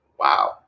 Wow